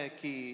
que